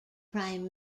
prime